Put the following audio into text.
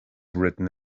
written